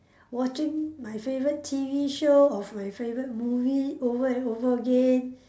watching my favourite T_V show of my favourite movie over and over again